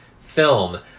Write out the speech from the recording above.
film